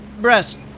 breast